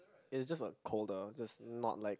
it's just uh colder just not like